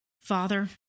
Father